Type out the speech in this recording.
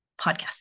podcast